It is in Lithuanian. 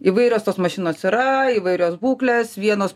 įvairios tos mašinos yra įvairios būklės vienos